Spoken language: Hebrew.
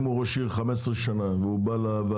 אם הוא ראש עיר 15 שנה והוא בא לוועדה?